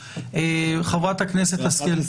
חברת הכנסת השכל, בבקשה.